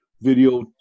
video